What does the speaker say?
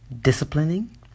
Disciplining